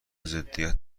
ضدیت